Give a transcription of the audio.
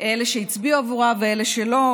אלה שהצביעו עבורה ואלה שלא,